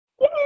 Yay